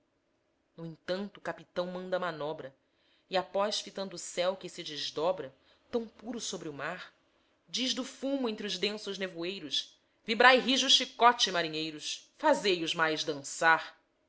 no entanto o capitão manda a manobra e após fitando o céu que se desdobra tão puro sobre o mar diz do fumo entre os densos nevoeiros vibrai rijo o chicote marinheiros fazei os mais dançar